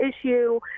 issue